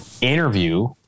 interview